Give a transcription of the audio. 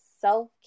self